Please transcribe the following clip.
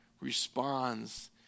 responds